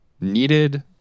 needed